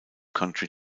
country